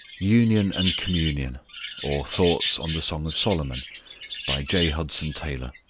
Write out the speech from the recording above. union and communion or thoughts on the song of solomon by j. hudson taylor,